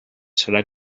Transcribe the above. serà